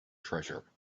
treasure